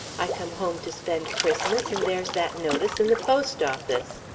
i come home to spend christmas, and there's that notice in the post office.